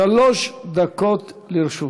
שלוש דקות לרשותך.